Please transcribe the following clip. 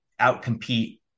outcompete